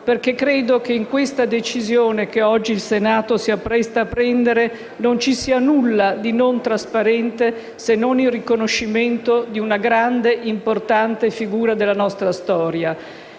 perché credo che nella decisione che oggi il Senato si appresta a prendere non ci sia alcunché di non trasparente se non il riconoscimento di una grande e importante figura della nostra storia.